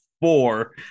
Four